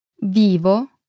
Vivo